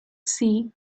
see